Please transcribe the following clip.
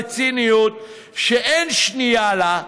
בציניות שאין שנייה לה,